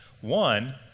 One